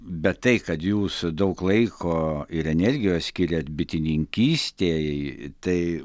bet tai kad jūs daug laiko ir energijos skiriat bitininkystei tai